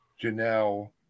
Janelle